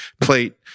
plate